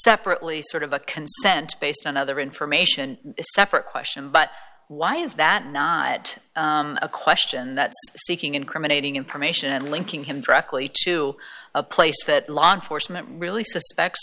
separately sort of a consent based on other information a separate question but why is that not a question that seeking incriminating information and linking him directly to a place that law enforcement really suspects